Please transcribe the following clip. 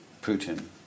Putin